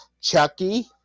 Chucky